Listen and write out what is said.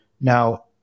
Now